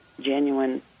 genuine